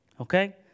okay